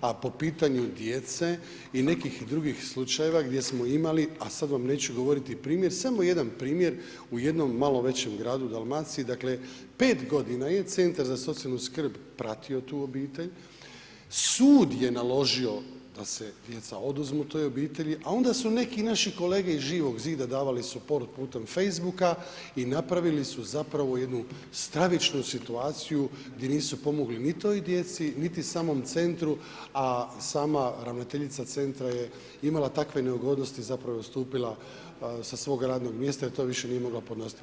a po pitanju djece i nekih drugih slučajeva gdje smo imali, a sad vam neću govoriti primjer, samo jedan primjer u jednom malo većem gradu u Dalmaciji, dakle 5 godina je centar za socijalnu skrb pratio tu obitelj, sud je naložio da se djeca oduzmu toj obitelji, a onda su neki naši kolege iz Živog zida davali support putem Facebooka i napravili su zapravo jednu stravičnu situaciju gdje nisu pomogli ni toj djeci, niti samom centru, a sama ravnateljica centra je imala takve neugodnosti zapravo da je odstupila sa svoga radnog mjesta jer to nije više mogla podnositi.